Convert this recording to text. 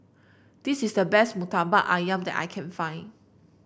this is the best murtabak ayam that I can find